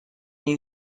new